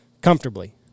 Comfortably